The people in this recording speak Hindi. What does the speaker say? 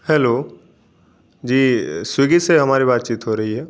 हैलो जी स्विगी से हमारी बातचीत हो रही है